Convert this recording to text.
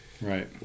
right